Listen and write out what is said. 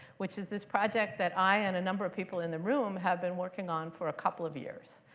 which is this project that i and a number of people in the room have been working on for a couple of years.